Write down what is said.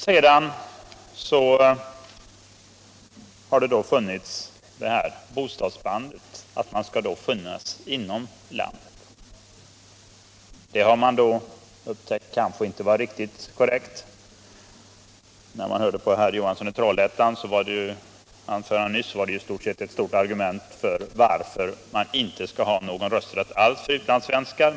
Sedan har det funnits bostadsbandet, Utlandssvenskarnas man skall finnas inom landet. Men man har upptäckt att det kanske rösträtt inte var riktigt korrekt. Herr Johanssons i Trollhättan anförande nyss varistort sett ett starkt argument för att man inte skall ha någon rösträtt alls för utlandssvenskar.